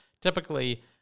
typically